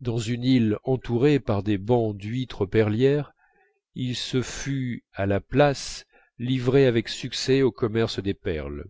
dans une île entourée par des bancs d'huîtres perlières il se fût à la place livré avec succès au commerce des perles